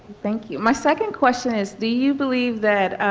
thank you. my second question is do you believe that